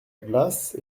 glace